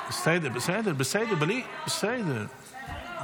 התשפ"ד 2024,